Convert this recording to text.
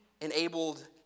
enabled